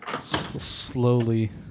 Slowly